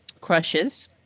crushes